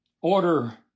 order